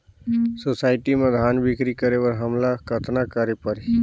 Society म धान बिक्री करे बर हमला कतना करे परही?